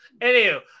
Anywho